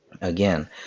Again